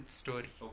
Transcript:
story